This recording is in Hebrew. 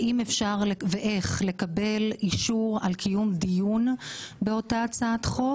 האם אפשר ואיך לקבל אישור על קיום דיון באותה הצעת חוק,